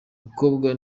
mukobwa